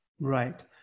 Right